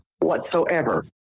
whatsoever